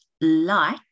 light